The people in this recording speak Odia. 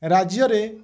ରାଜ୍ୟରେ